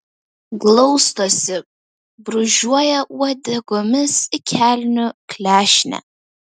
glaustosi brūžuoja uodegomis į kelnių klešnę